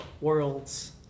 worlds